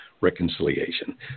reconciliation